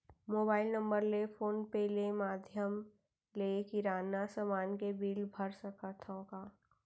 Mobile number ले phone पे ले माधयम ले किराना समान के बिल भर सकथव का?